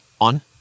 on